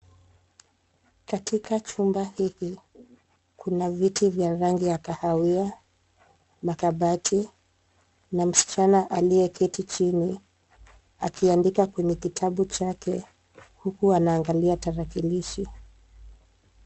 Katika chumba hiki, kuna viti vya rangi ya kahawia, na kabati, na msichana aliyeketi chini akiandika kwenye kitabu chake, huku anaangalia tarakilishi.